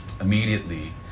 immediately